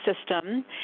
system